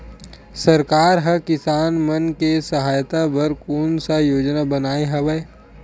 सरकार हा किसान मन के सहायता बर कोन सा योजना बनाए हवाये?